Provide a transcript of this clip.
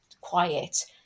quiet